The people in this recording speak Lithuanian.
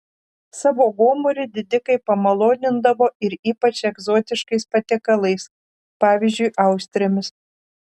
savo gomurį didikai pamalonindavo ir ypač egzotiškais patiekalais pavyzdžiui austrėmis